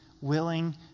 willing